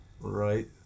Right